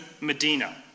Medina